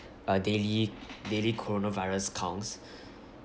uh daily daily coronavirus counts